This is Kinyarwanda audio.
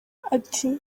ati